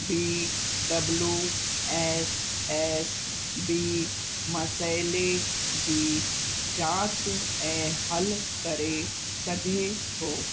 B W S S B मसाइले जी जांच ऐं हल करे सघे थो